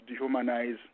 dehumanize